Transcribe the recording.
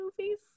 movies